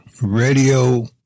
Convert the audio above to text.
radio